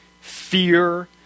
fear